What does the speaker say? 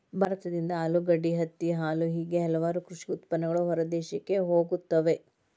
ಭಾರತದಿಂದ ಆಲೂಗಡ್ಡೆ, ಹತ್ತಿ, ಹಾಲು ಹೇಗೆ ಹಲವಾರು ಕೃಷಿ ಉತ್ಪನ್ನಗಳು ಹೊರದೇಶಕ್ಕೆ ಹೋಗುತ್ತವೆ